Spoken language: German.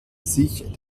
sich